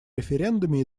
референдуме